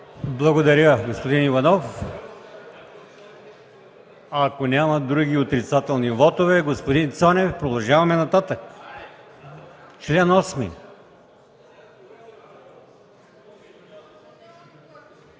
Благодаря, господин Иванов. Ако няма други отрицателни вотове, господин Цонев, продължаваме нататък.